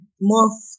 more